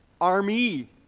army